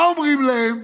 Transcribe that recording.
מה אומרים להם?